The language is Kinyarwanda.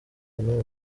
n’uyu